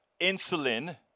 insulin